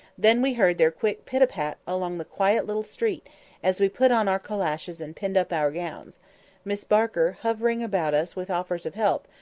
then we heard their quick pit-a pat along the quiet little street as we put on our calashes and pinned up our gowns miss barker hovering about us with offers of help,